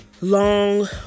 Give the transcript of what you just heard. long